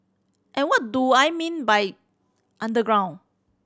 and what do I mean by underground